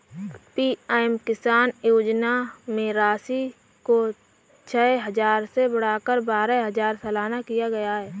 PM किसान योजना में राशि को छह हजार से बढ़ाकर बारह हजार सालाना किया गया है